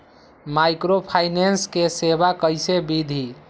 Microfinance के सेवा कइसे विधि?